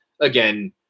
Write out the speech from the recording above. again